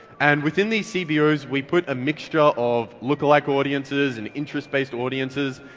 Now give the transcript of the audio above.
and within these cbo's we put a mixture of lookalike audiences and interest-based audiences.